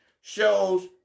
shows